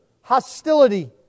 hostility